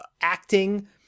acting